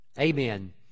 amen